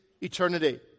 eternity